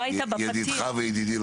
ידידך וידידי,